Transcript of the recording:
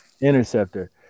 Interceptor